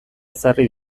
ezarri